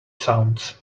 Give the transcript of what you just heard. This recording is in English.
sounds